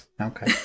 Okay